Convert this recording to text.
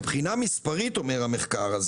מבחינה מספרית לפי המחקר,